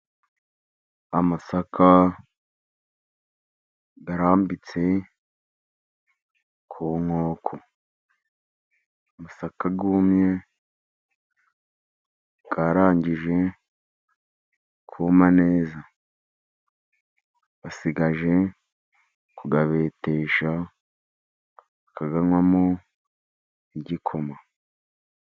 Amasaka arambitse ku nkoko, amasaka yumye yarangije kuma neza, basigaje kuyabetesha bakayanywamo igikoma.